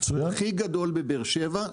הכי גדול בבאר שבע,